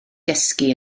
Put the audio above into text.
dysgu